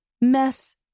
mess